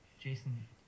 Jason